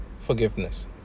forgiveness